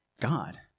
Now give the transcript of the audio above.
God